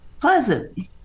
Pleasant